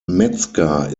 metzger